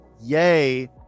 yay